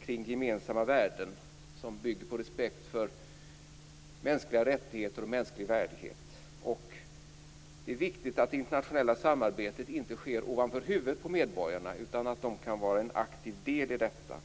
kring gemensamma värden, som bygger på respekt för mänskliga rättigheter och mänsklig värdighet. Det är viktigt att det internationella samarbetet inte sker ovanför huvudet på medborgarna, utan att de kan vara en aktiv del i detta.